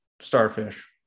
starfish